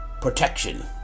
Protection